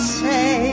say